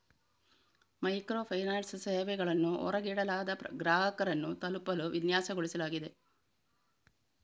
micro finance ಸೇವೆಗಳನ್ನು ಹೊರಗಿಡಲಾದ ಗ್ರಾಹಕರನ್ನು ತಲುಪಲು ವಿನ್ಯಾಸಗೊಳಿಸಲಾಗಿದೆ